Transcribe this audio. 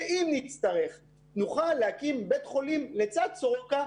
שאם נצטרך נוכל להקים בית חולים לצד סורוקה,